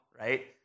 right